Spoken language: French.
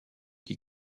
qui